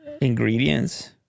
ingredients